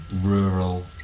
Rural